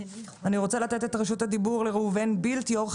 אני רוצה לתת את רשות הדיבור לראובן בילטיור,